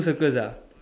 circles ah